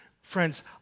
Friends